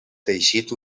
teixit